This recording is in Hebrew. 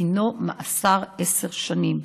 דינו מאסר עשר שנים.